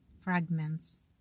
fragments